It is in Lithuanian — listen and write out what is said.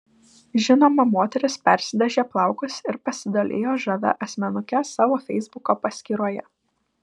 žinoma moteris persidažė plaukus ir pasidalijo žavia asmenuke savo feisbuko paskyroje